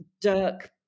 Dirk